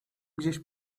gdzieś